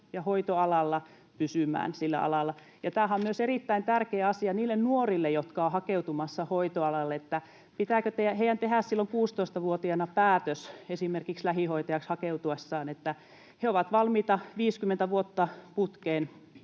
ja hoitoalalla, pysymään sillä alalla. Tämähän on myös erittäin tärkeä asia niille nuorille, jotka ovat hakeutumassa hoitoalalle, että pitääkö heidän tehdä silloin 16-vuotiaana päätös esimerkiksi lähihoitajaksi hakeutuessaan, että he ovat valmiita 50 vuotta putkeen,